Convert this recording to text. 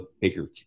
bigger